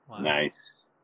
Nice